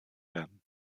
werden